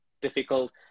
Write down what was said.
difficult